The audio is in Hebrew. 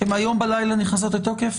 הן היום בלילה נכנסות לתוקף?